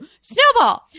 snowball